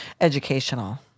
educational